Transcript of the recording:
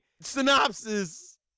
Synopsis